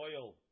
oil